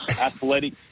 athletic